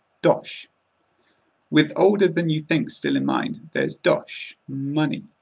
dosh with older than you think still in mind, there's dosh money.